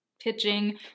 pitching